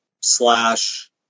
slash